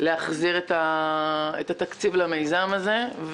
להחזיר את התקציב למיזם הזה.